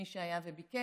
מי שהיה וביקר,